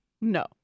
No